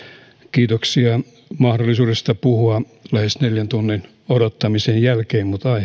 kiitoksia mahdollisuudesta puhua lähes neljän tunnin odottamisen jälkeen mutta